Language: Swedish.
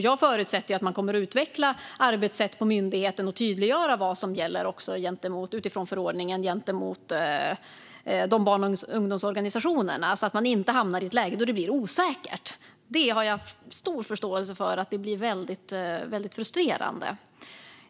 Jag förutsätter att man kommer att utveckla arbetssätt på myndigheten och tydliggöra vad som utifrån förordningen gäller gentemot barn och ungdomsorganisationerna, så att de inte hamnar i ett läge där det blir osäkert. Jag har stor förståelse för att det då blir väldigt frustrerande.